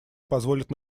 позволят